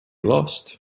lost